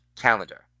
calendar